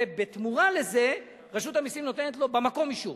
ובתמורה לזה רשות המסים נותנת לו במקום אישור.